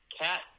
cat